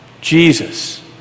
Jesus